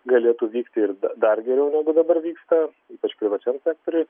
galėtų vykti ir dar geriau negu dabar vyksta ypač privačiam sektoriuj